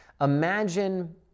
Imagine